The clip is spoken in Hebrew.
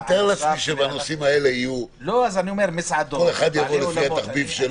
אני מתאר לעצמי שבנושאים האלה כל אחד יבוא לפי התחביב שלו,